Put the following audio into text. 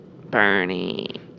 Bernie